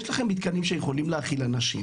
יש לכם מתקנים שיכולים להכיל אנשים.